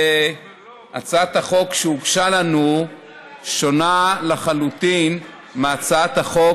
הצעת החוק שהוגשה לנו שונה לחלוטין מהצעת החוק